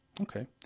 Okay